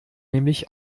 nämlich